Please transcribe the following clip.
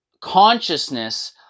consciousness